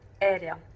area